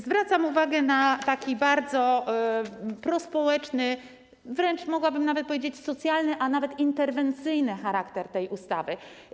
Zwracam uwagę na taki bardzo prospołeczny, wręcz mogłabym powiedzieć: socjalny, a nawet interwencyjny charakter tej ustawy.